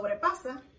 sobrepasa